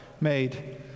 made